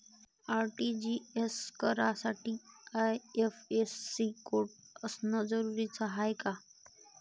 RTGS करासाठी IFSC code असनं जरुरीच हाय का?